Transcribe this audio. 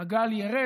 חבריי חברי הכנסת,